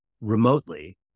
remotely